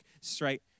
straight